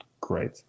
great